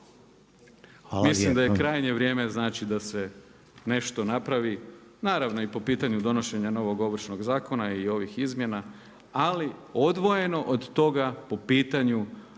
Mislim da je krajnje vrijeme znači da se nešto napravi, naravno i po pitanju donošenja novog Ovršenog zakona i ovih izmjena ali odvojeno od toga po pitanju